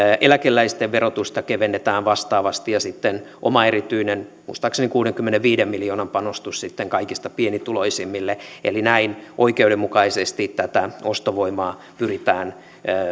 eläkeläisten verotusta kevennetään vastaavasti ja sitten oma erityinen muistaakseni kuudenkymmenenviiden miljoonan panostus kaikista pienituloisimmille eli näin oikeudenmukaisesti tätä ostovoimaa pyritään